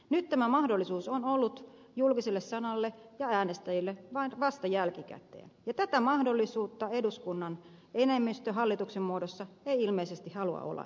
nyt tämä mahdollisuus on ollut julkiselle sanalle ja äänestäjille vasta jälkikäteen ja tätä mahdollisuutta eduskunnan enemmistö hallituksen muodossa ei ilmeisesti halua olla edistämässä